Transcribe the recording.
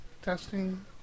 testing